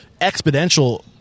exponential